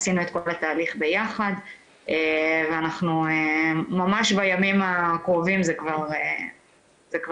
עשינו את כל התהליך ביחד וממש בימים הקרובים זה כבר יקרה.